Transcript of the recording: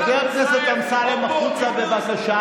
חבר הכנסת אמסלם, פעם שלישית.